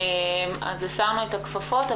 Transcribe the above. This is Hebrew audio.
לכן הסרנו את הכפפות.